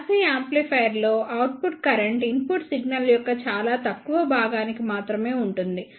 class C amplifier లో output current input signal యొక్క చాలా తక్కువ భాగానికి మాత్రమే ఉంటుంది